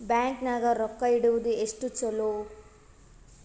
Bank ನಾಗ ರೊಕ್ಕ ಇಡುವುದು ಎಷ್ಟು ಚಲೋ?